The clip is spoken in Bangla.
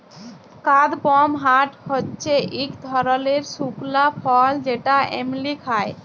কাদপমহাট হচ্যে ইক ধরলের শুকলা ফল যেটা এমলি খায়